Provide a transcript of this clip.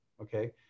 Okay